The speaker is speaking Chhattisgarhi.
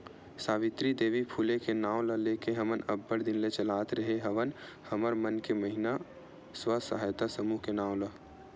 सावित्री देवी फूले के नांव ल लेके हमन अब्बड़ दिन ले चलात रेहे हवन हमर मन के महिना स्व सहायता समूह के नांव ला